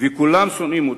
וכולם שונאים אותו,